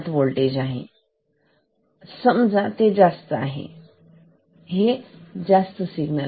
अज्ञात होल्टेज आहे समजा ते जास्त आहे हे सिग्नल जास्त आहे